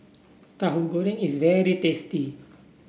Tahu Goreng is very tasty